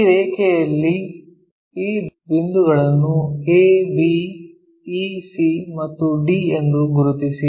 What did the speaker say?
ಈ ರೇಖೆಯಲ್ಲಿ ಈ ಬಿಂದುಗಳನ್ನು a b e c ಮತ್ತು d ಎಂದು ಗುರುತಿಸಿ